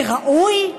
זה ראוי?